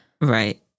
Right